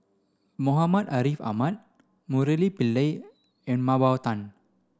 Muhammad Ariff Ahmad Murali Pillai and Mah Bow Tan